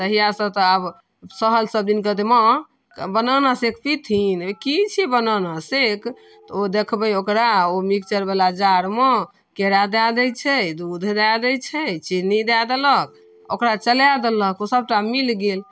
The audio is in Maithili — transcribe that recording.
तहिआसँ तऽ आब सहल सबदिन कहतै माँ बनाना शेक पीथिन कि छिए बनाना शेक तऽ ओ देखबै ओकरा ओ मिक्सरवला जारमे केरा दऽ दै छै दूध दऽ दै छै चिन्नी दऽ देलक ओकरा चला देलक ओ सबटा मिलि गेल